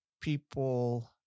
people